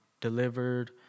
delivered